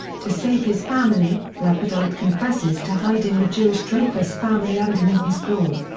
to save his family, lapadite confesses to hiding the jewish dreyfus family underneath his floor.